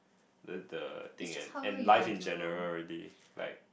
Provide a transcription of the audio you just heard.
the the thing and and life in general really like